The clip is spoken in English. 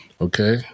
Okay